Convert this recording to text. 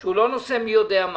שהוא נושא לא מי יודע מה,